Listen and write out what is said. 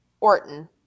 Orton